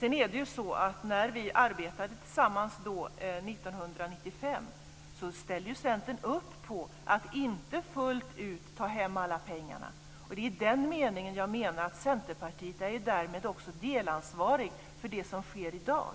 Sedan är det så att när vi arbetade tillsammans 1995 ställde Centern upp på att inte fullt ut ta hem alla pengar. Det är i den meningen jag menar att Centerpartiet ju därmed också är delansvarig för det som sker i dag,